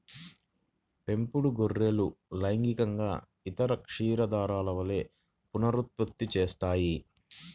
పెంపుడు గొర్రెలు లైంగికంగా ఇతర క్షీరదాల వలె పునరుత్పత్తి చేస్తాయి